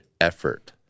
effort